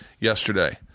yesterday